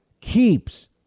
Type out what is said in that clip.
keeps